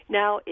now